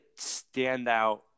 standout